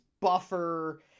buffer